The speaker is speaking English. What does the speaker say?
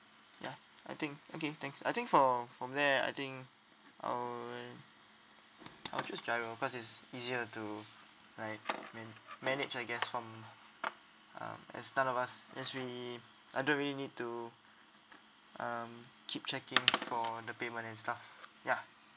ya I think okay thanks I think for from there I think uh I'll choose GIRO cause it's easier to like man~ manage I guess from um as none of us just we I don't really need to um keep checking for the payment and stuff ya